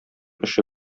эше